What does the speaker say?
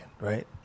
right